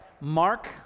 Mark